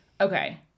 Okay